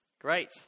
Great